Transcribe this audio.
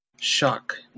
Shock